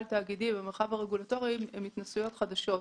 התאגידי ובמרחב הרגולטורי הן התנסויות חדשות.